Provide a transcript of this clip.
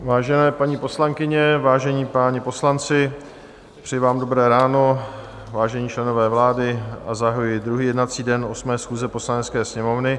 Vážené paní poslankyně, vážení páni poslanci, přeji vám dobré ráno, vážení členové vlády, a zahajuji druhý jednací den 8. schůze Poslanecké sněmovny.